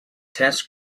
test